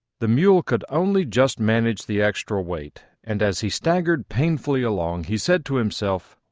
the mule could only just manage the extra weight, and, as he staggered painfully along, he said to himself,